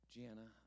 Gianna